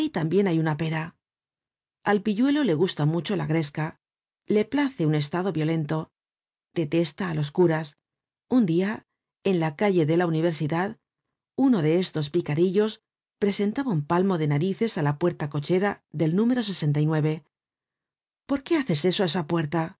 también hay tina pera al pilluelo le gusta mucho la gresca le place un estado violento detesta á los curas un dia en la calle de la universidad uno de estos picarillos presentaba un palmo de narices á la puerta-cochera del número por quó haces eso á esa puerta